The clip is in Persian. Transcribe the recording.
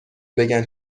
بگن